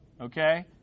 Okay